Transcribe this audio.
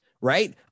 Right